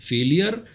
Failure